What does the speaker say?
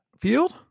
field